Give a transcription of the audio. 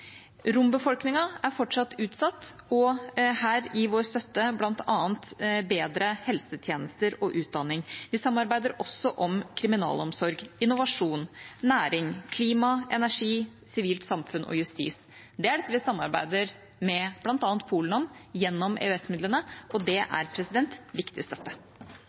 er fortsatt utsatt, og her gir vår støtte bl.a. bedre helsetjenester og utdanning. Vi samarbeider også om kriminalomsorg, innovasjon, næring, klima, energi, sivilt samfunn og justis. Det er dette vi samarbeider med bl.a. Polen om, gjennom EØS-midlene, og det er viktig støtte.